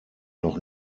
noch